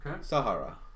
Sahara